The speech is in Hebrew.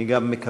אני גם מקבל,